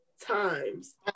times